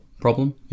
problem